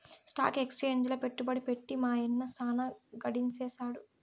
stock ఎక్సేంజిల పెట్టుబడి పెట్టి మా యన్న సాన గడించేసాడు